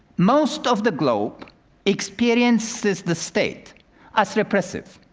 most of the globe experiences the state as repressive,